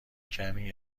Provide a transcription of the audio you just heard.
کمی